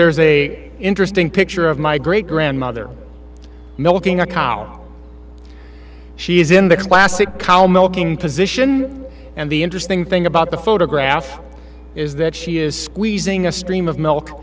there's a interesting picture of my great grandmother milking a cow she is in the classic cow milking position and the interesting thing about the photograph is that she is squeezing a stream of milk